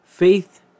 Faith